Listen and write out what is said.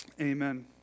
amen